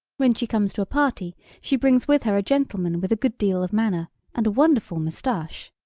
when she comes to a party she brings with her a gentleman with a good deal of manner and a wonderful mustache.